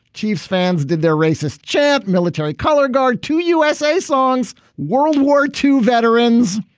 chiefs fans did their racist chant. military color guard to usa songs world war two veterans.